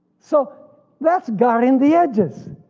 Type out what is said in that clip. so that's guarding the edges,